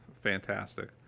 fantastic